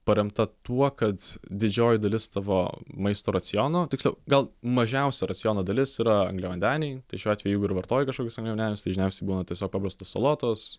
paremta tuo kad didžioji dalis tavo maisto raciono tiksliau gal mažiausia raciono dalis yra angliavandeniai šiuo atveju jeigu ir vartoji kažkokius angliavandenius tai žniausiai būna tiesiog paprastos salotos